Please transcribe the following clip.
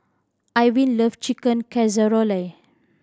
Irvine love Chicken Casserole